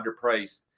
underpriced